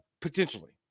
Potentially